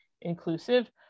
inclusive